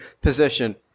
position